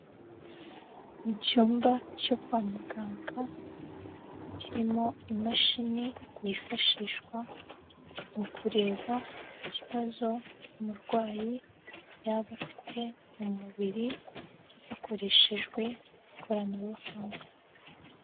Mu cyumba cyo kwa muganga kirimo imashini yifashishwa mu kureba ikibazo umurwayi yaba afite mu mubiri, hakoreshejwe ikoranabuhanga.